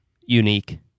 unique